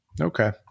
Okay